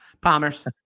Palmers